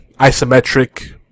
isometric